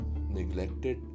neglected